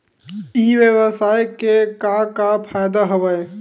ई व्यवसाय के का का फ़ायदा हवय?